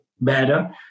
better